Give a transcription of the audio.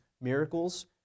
miracles